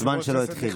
הזמן שלו התחיל.